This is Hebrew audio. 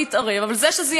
בחקיקה ראשית,